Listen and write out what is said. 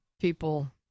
people